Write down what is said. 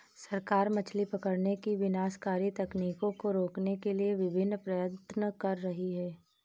सरकार मछली पकड़ने की विनाशकारी तकनीकों को रोकने के लिए विभिन्न प्रयत्न कर रही है